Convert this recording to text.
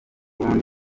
burundi